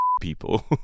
people